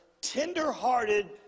tender-hearted